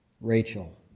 Rachel